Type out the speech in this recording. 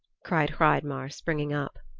cried hreidmar, springing up.